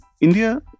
India